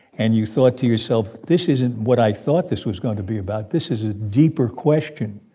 and you thought to yourself, this isn't what i thought this was going to be about. this is a deeper question,